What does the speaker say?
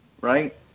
right